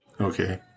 Okay